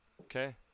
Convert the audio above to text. Okay